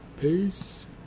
Peace